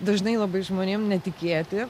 dažnai labai žmonėm netikėti